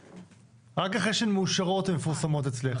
רק אחרי שהן מאושרות הן מפורסמות אצלך,